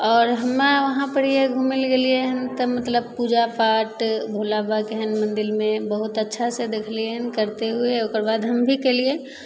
आओर हमे वहाँपर घुमै ले गेलिए हँ तऽ मतलब पूजा पाठ भोला बाबाके मन्दिरमे बहुत अच्छासे देखलिए हँ करिते हुए ओकरबाद हम भी कएलिए